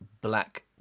black